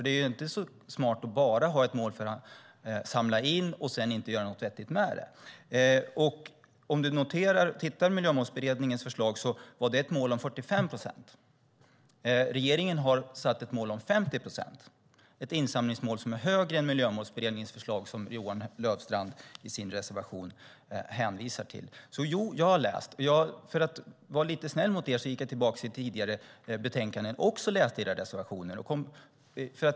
Det är inte så smart att bara ha ett mål för att samla in och sedan inte göra något vettigt med det. I Miljömålsberedningens förslag finns ett mål på 45 procent. Regeringen har satt ett insamlingsmål på 50 procent, vilket alltså är högre än Miljömålsberedningens förslag, som Johan Löfstrand hänvisar till i sin reservation. För att vara lite snäll mot er gick jag tillbaka till tidigare betänkanden och läste era reservationer.